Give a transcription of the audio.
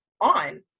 on